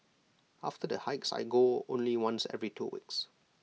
after the hikes I go only once every two weeks